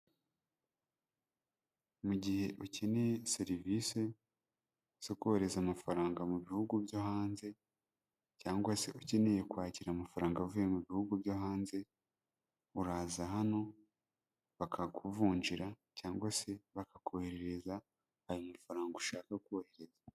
Mu gihe ukeneye serivisi zo kohereza amafaranga mu bihugu byo hanze cyangwa se ukeneye kwakira amafaranga avuye mu bihugu byo hanze, uraza hano bakakuvunjira cyangwa se bakakoherereza ayo mafaranga ushaka kohereza.